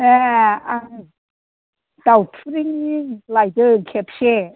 ए आं दावथुबिलनि लाइदों खेबसे